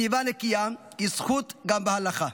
סביבה נקייה היא זכות גם בהלכה,